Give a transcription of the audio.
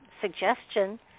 suggestion